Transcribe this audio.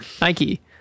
Nike